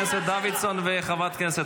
מה הקשר לגזען?